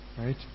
Right